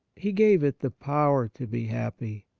he gave it the power to be happy,